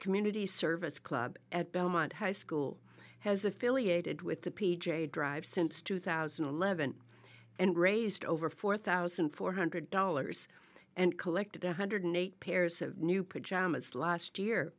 community service club at belmont high school has affiliated with the p j dr since two thousand and eleven and raised over four thousand four hundred dollars and collected one hundred eight pairs of new pajamas last year